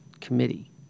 committee